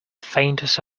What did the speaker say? faintest